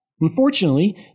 Unfortunately